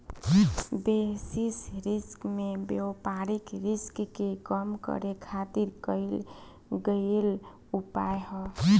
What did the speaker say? basis risk में व्यापारिक risk के कम करे खातिर कईल गयेल उपाय ह